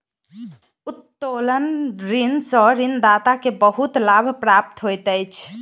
उत्तोलन ऋण सॅ ऋणदाता के बहुत लाभ प्राप्त होइत अछि